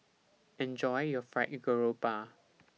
Enjoy your Fried Garoupa